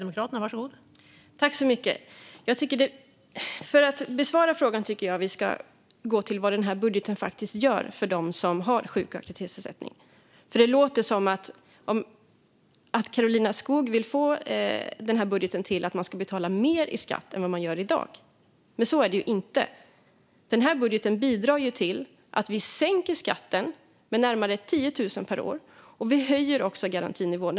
Fru talman! För att besvara frågan tycker jag att vi ska gå till vad den här budgeten faktiskt gör för dem som har sjuk och aktivitetsersättning. Det låter som att Karolina Skog vill få det till att man ska betala mer i skatt med den här budgeten än vad man gör i dag, men så är det ju inte. Den här budgeten bidrar till att vi sänker skatten med närmare 10 000 per år. Vi höjer också garantinivån.